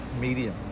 medium